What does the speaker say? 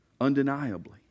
undeniably